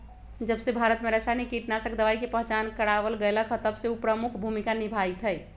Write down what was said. जबसे भारत में रसायनिक कीटनाशक दवाई के पहचान करावल गएल है तबसे उ प्रमुख भूमिका निभाई थई